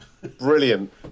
brilliant